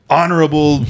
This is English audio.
honorable